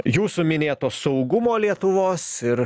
jūsų minėto saugumo lietuvos ir